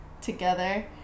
together